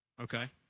Okay